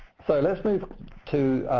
so let's move to